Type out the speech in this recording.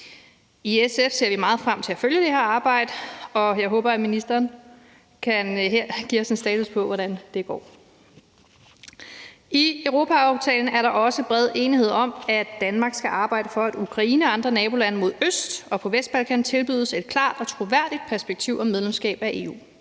I SF ser vi meget frem til at følge det her arbejde, og jeg håber, at ministeren her kan give os en status på, hvordan det går. I europaaftalen er der også bred enighed om, at Danmark skal arbejde for, at Ukraine og andre nabolande mod øst og på Vestbalkan tilbydes et klart og troværdigt perspektiv om medlemskab af EU.